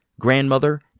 grandmother